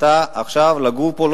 אתה עכשיו לא יכול לגור פה.